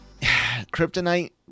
kryptonite